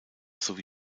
sowie